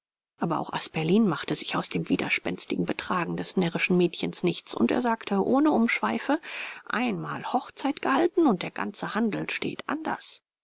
aber auch asperlin machte sich aus dem widerspenstigen betragen des närrischen mädchens nichts und er sagte ohne umschweife einmal hochzeit gehalten und der ganze handel steht anders